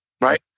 Right